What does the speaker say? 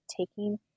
taking